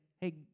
hey